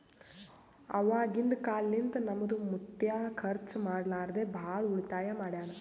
ಅವಾಗಿಂದ ಕಾಲ್ನಿಂತ ನಮ್ದು ಮುತ್ಯಾ ಖರ್ಚ ಮಾಡ್ಲಾರದೆ ಭಾಳ ಉಳಿತಾಯ ಮಾಡ್ಯಾನ್